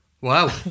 Wow